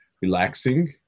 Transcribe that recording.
relaxing